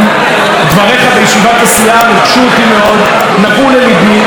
דבריך בישיבת הסיעה ריגשו אותי מאוד, נגעו לליבי.